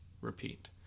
repeat